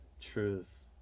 Truth